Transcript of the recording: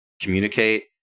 communicate